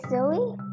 Zoe